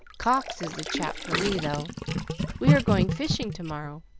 cox is the chap for me, though we are going fishing to-morrow.